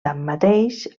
tanmateix